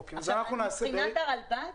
מבחינת הרלב"ד,